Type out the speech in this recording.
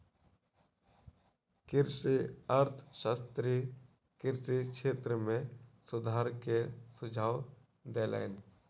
कृषि अर्थशास्त्री कृषि क्षेत्र में सुधार के सुझाव देलैन